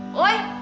oye,